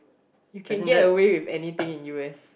you can get away with anything in U_S